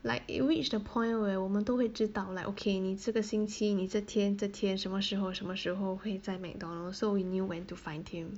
like it reached a point where 我们都会知道 like okay 你这个星期你这天这天什么时候什么时候会在 McDonald's so we knew when to find him